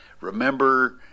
Remember